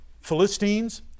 Philistines